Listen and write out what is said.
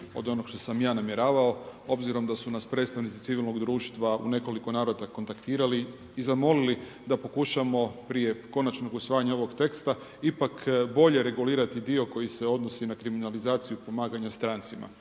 od onog što sam ja namjeravao, obzirom da su nas predstavnici civilnog društva u nekoliko navrata kontaktirali i zamolili da pokušamo prije konačnog usvajanja ovog teksta ipak bolje regulirati dio koji se odnosi na kriminalizaciju pomaganja strancima.